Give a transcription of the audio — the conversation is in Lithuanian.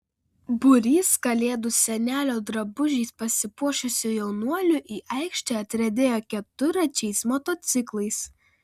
būrys kalėdų senelio drabužiais pasipuošusių jaunuolių į aikštę atriedėjo keturračiais motociklais